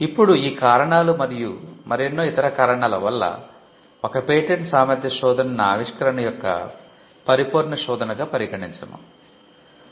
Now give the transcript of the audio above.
ఇప్పుడు ఈ కారణాలు మరియు మరెన్నో ఇతర కారణాల వల్ల ఒక పేటెంట్ సామర్థ్య శోధనను ఆవిష్కరణ యొక్క పరిపూర్ణ శోధనగా పరిగణించము